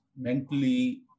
mentally